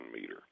meter